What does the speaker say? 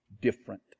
different